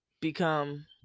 become